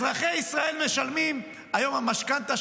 אזרחי ישראל משלמים -- יש לך מזל שאני --- היום המשכנתה